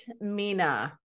Mina